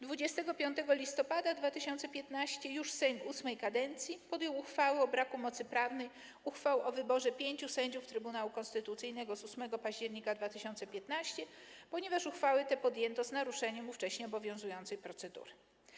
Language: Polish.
25 listopada 2015 r. już Sejm VIII kadencji podjął uchwałę o braku mocy prawnej uchwał o wyborze pięciu sędziów Trybunału Konstytucyjnego z 8 października 2015 r., ponieważ uchwały te podjęto z naruszeniem ówcześnie obowiązującej procedury.